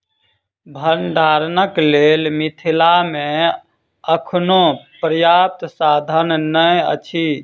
भंडारणक लेल मिथिला मे अखनो पर्याप्त साधन नै अछि